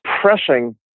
pressing